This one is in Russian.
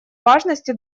важности